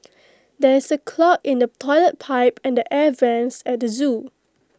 there is A clog in the Toilet Pipe and the air Vents at the Zoo